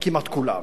כמעט כולם,